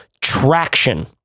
traction